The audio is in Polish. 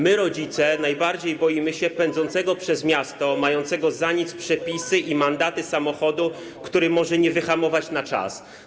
My, rodzice, najbardziej boimy się pędzącego przez miasto, mającego za nic przepisy i mandaty kierowcy samochodu, który może nie wyhamować na czas.